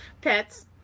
pets